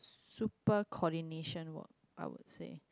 super coordination work I would say